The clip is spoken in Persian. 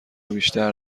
بیشتر